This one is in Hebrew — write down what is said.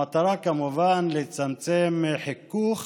המטרה, כמובן, לצמצם חיכוך